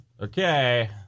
Okay